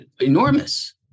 enormous